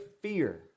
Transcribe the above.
fear